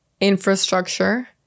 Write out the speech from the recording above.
infrastructure